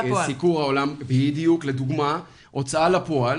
בדיוק, בהוצאה לפועל